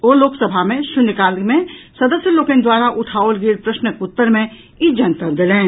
ओ लोकसभा मे शून्यकाल मे सदस्य लोकनि द्वारा उठाओल गेल प्रश्नक उत्तर मे ई जनतब देलनि